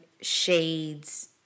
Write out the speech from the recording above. shades